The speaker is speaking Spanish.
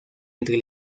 entre